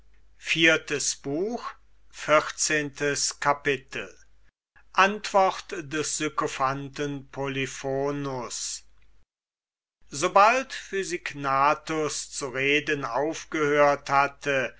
vierzehntes kapitel antwort des sykophanten polyphonus sobald physignathus zu reden aufgehört hatte